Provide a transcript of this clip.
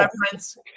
reference